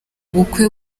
bukwe